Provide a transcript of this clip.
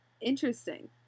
Interesting